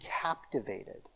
captivated